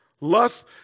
lust